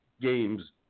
games